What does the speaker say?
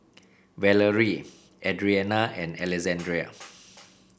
Valarie Adrianna and Alexandrea